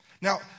Now